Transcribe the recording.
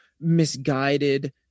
misguided